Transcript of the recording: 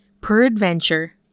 peradventure